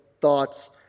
thoughts